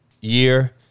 year